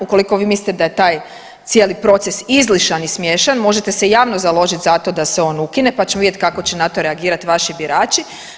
Ukoliko vi mislite da je taj cijeli proces izlišan i smiješan možete se javno založiti za to da se on ukine pa ćemo vidjeti kako će na to reagirati vaši birači.